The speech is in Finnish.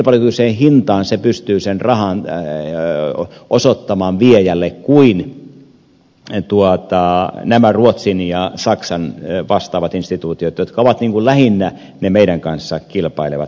yhtä kilpailukykyiseen hintaan se pystyy sen rahan osoittamaan viejälle kuin nämä ruotsin ja saksan vastaavat instituutiot jotka ovat lähinnä ne meidän kanssamme kilpailevat